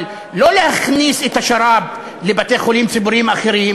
אבל לא להכניס את השר"פ לבתי-חולים ציבוריים אחרים,